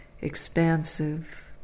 expansive